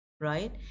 right